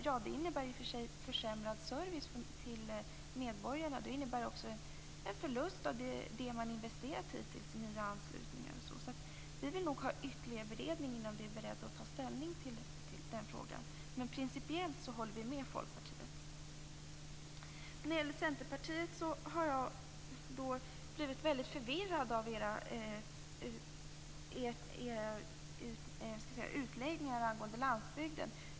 Ja, det innebär i och för sig försämrad service till medborgarna. Det innebär också en förlust av det man hittills investerat i nya anslutningar. Vi vill nog ha ytterligare beredning innan vi är beredda att ta ställning till den frågan. Men principiellt håller vi med Folkpartiet. När det gäller Centerpartiet har jag blivit väldigt förvirrad av era utläggningar angående landsbygden.